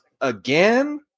again